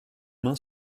main